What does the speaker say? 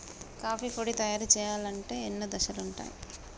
coffee పొడి తయారు చేయాలంటే ఎన్నో దశలుంటయ్